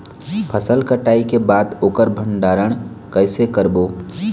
फसल कटाई के बाद ओकर भंडारण कइसे करबो?